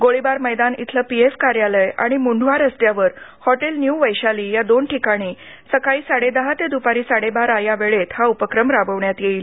गोळीबार मैदान इथलं पीएफ कार्यालय आणि मुंढवा रस्त्यावर हॉटेल न्यू वैशाली या दोन ठिकाणी सकाळी साडेदहा ते दूपारी साडेबारा या वेळेत हा उपक्रम राबविण्यात येईल